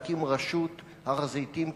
להקים רשות הר-הזיתים,